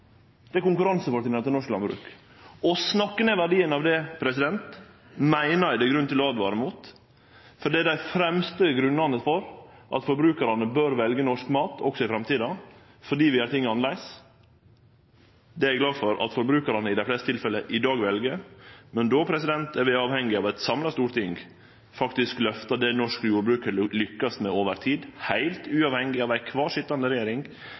Det er konkurransefortrinnet til norsk landbruk. Å snakke ned verdien av det meiner eg det er grunn til å åtvare mot, for det er dei fremste grunnane til at forbrukarane bør velje norsk mat også i framtida, fordi vi gjer ting annleis. Det er eg glad for at forbrukarane i dei fleste tilfella i dag vel, men då er vi avhengige av at eit samla storting faktisk løftar det som norsk jordbruk har lykkast med over tid – heilt uavhengig av den regjeringa som til kvar